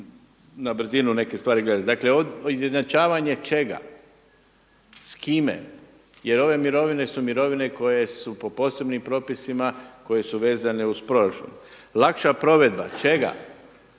na brzinu neke stvari gledali. Dakle izjednačavanje čega, s kime? Jer ove mirovine su mirovine koje su po posebnim propisima, koje su vezane uz proračun. Lakša provedba čega?